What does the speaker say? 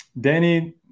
danny